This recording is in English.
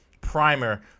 primer